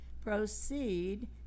proceed